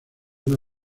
una